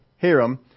Hiram